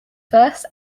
first